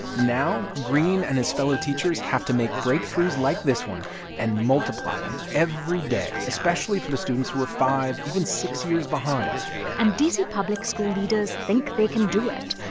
now greene and his fellow teachers have to make breakthroughs like this one and multiply them every day, especially for the students who are five even six years behind and d c. public school leaders think they can do it.